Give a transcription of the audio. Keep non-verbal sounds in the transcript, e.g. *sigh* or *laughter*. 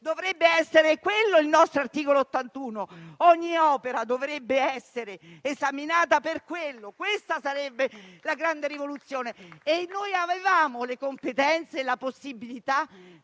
dovrebbe essere quello il nostro articolo 81! Ogni opera dovrebbe essere esaminata da quel punto di vista. Questa sarebbe la grande rivoluzione. *applause* Noi avevamo le competenze e la possibilità